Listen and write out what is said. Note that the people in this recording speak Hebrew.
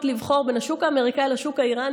לבחור בין השוק האמריקני לשוק האיראני,